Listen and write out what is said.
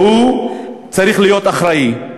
הוא צריך להיות אחראי,